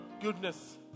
goodness